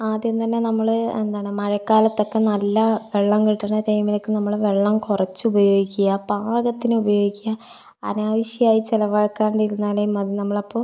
ആദ്യം തന്നെ നമ്മൾ എന്താണ് മഴക്കാലത്തൊക്കെ നല്ല വെള്ളം കിട്ടുന്ന ടൈമിലൊക്കെ നമ്മൾ വെള്ളം കുറച്ച് ഉപയോഗിക്കുക പാകത്തിന് ഉപയോഗിക്കുക അനാവശ്യമായി ചിലവാക്കാണ്ടിരുന്നാലെ മതി നമ്മളപ്പോൾ